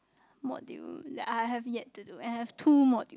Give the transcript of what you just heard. module that I have yet to do and I have two module